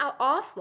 offline